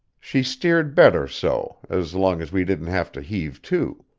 she steered better so, as long as we didn't have to heave to.